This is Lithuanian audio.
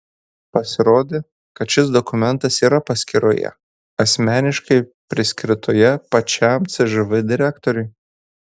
pasirodė kad šis dokumentas yra paskyroje asmeniškai priskirtoje pačiam cžv direktoriui